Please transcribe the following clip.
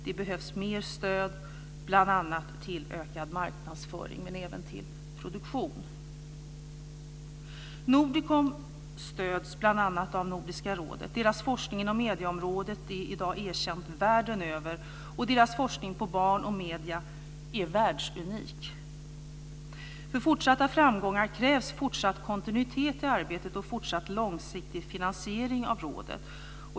Det behövs mer stöd, bl.a. till ökad marknadsföring men även till produktion. Nordicom stöds bl.a. av Nordiska rådet. Deras forskning inom medieområdet är i dag erkänd världen över. Deras forskning om barn och medier är världsunik. För fortsatta framgångar krävs fortsatt kontinuitet i arbetet och fortsatt långsiktig finansiering av rådet.